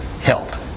held